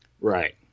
Right